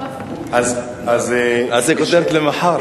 זה כותרת למחר?